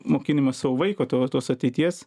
mokinimas savo vaiko to tos ateities